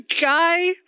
guy